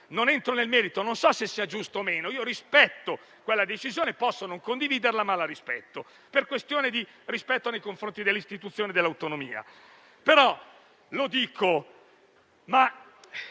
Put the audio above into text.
Non entro nel merito e non so se sia giusto o meno. Rispetto quella decisione; posso non condividerla, ma la rispetto per motivi appunto di rispetto nei confronti dell'istituzione e della sua autonomia.